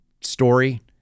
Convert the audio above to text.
story